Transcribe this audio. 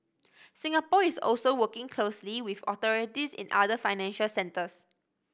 Singapore is also working closely with authorities in other financial centres